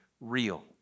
real